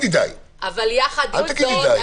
זאת,